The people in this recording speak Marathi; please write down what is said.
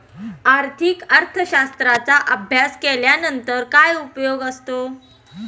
आर्थिक अर्थशास्त्राचा अभ्यास केल्यानंतर काय उपयोग असतो?